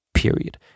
period